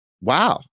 wow